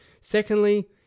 Secondly